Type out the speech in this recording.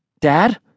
Dad